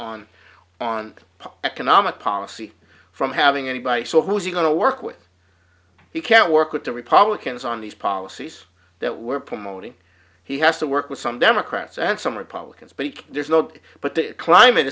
on on economic policy from having anybody so who's you going to work with he can't work with the republicans on these policies that we're promoting he has to work with some democrats and some republicans but he just looked but the climate